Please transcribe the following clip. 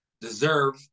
deserve